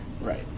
Right